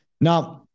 now